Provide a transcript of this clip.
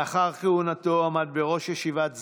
לאחר כהונתו עמד בראש ישיבת שדרות,